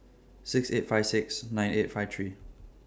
six eight five six nine eight five three